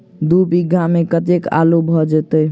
दु बीघा मे कतेक आलु भऽ जेतय?